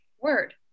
Word